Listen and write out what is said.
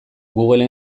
google